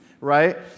right